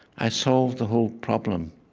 i solved the whole problem.